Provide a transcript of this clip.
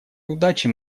удачи